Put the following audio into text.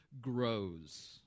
grows